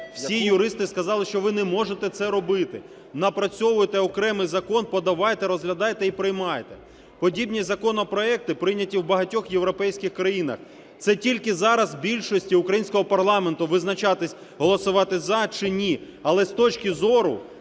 Всі юристи сказали, що ви не можете це робити, напрацьовуйте окремий закон, подавайте, розглядайте і приймайте. Подібні законопроекти прийняті в багатьох європейських країнах. Це тільки зараз більшості українського парламенту визначатися: голосувати "за" чи ні. Але з точки зору,